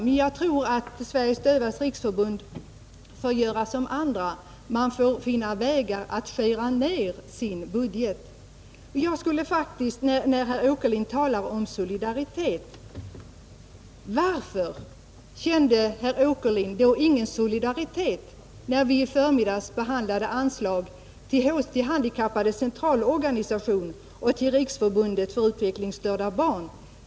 Men jag tror att förbundet får göra som andra som inte får de anslag de begär: man får söka finna vägar att skära ned sin budget. Herr Åkerlind talar om solidaritet. Varför kände herr Åkerlind då ingen solidaritet när vi i förmiddags behandlade frågan om anslag till Handikapporganisationernas centralkommitté och till Riksförbundet för utvecklingsstörda barn?